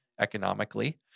economically